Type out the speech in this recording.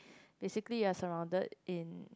basically you're surrounded in